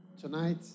Tonight